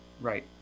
right